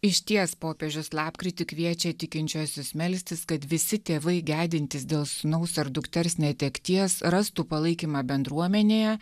išties popiežius lapkritį kviečia tikinčiuosius melstis kad visi tėvai gedintys dėl sūnaus ar dukters netekties rastų palaikymą bendruomenėje